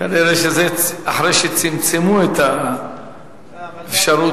כנראה זה אחרי שצמצמו את האפשרות.